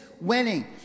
winning